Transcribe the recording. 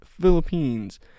Philippines